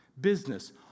business